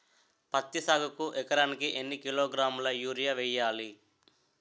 పత్తి సాగుకు ఎకరానికి ఎన్నికిలోగ్రాములా యూరియా వెయ్యాలి?